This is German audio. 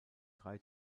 drei